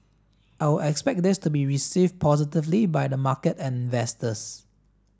I would expect this to be received positively by the market and investors